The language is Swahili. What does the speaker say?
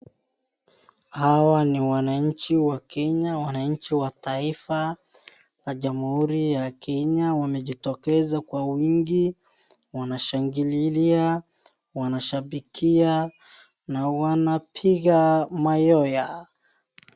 Hawa ni wananchi wa Kenya, wananchi wa taifa la Jamhuri ya Kenya wamejitokeza kwa wingi wanashangililia, wanashabikia na wanapiga mayowe.